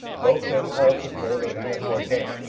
both had halted more than halfway down.